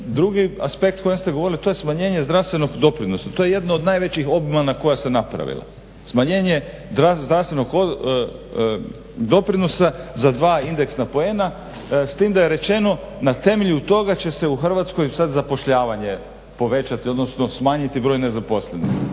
Drugi aspekt o kojem ste govorili to je smanjenje zdravstvenog doprinosa. To je jedna od najvećih obmana koja se napravila, smanjenje zdravstvenog doprinosa za dva indeksna poena s tim da je rečeno na temelju toga će se u Hrvatskoj sada zapošljavanje povećati odnosno smanjiti broj nezaposlenih.